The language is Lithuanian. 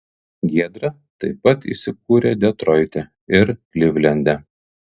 giedra taip pat įsikūrė detroite ir klivlende